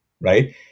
right